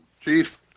Chief